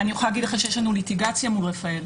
אני יכולה להגיד לך שיש לנו ליטיגציה מול רפא"ל.